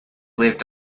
lived